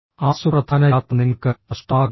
ആ സുപ്രധാന യാത്ര നിങ്ങൾക്ക് നഷ്ടമാകുമോ